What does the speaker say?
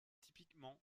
typiquement